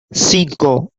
cinco